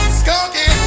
skunky